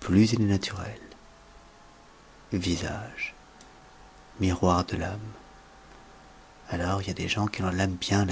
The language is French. plus il est naturel visage miroir de l'âme alors il y a des gens qui ont l'âme bien